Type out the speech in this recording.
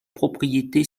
propriétés